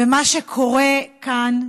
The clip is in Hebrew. ומה שקורה כאן,